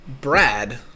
Brad